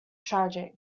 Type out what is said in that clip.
tragic